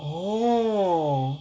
oh